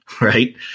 right